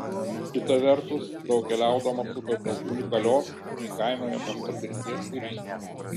kita vertus daug keliaudama sukaupiau unikalios neįkainojamos patirties ir įspūdžių